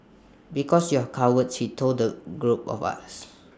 because you are cowards he told the group of us